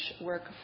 work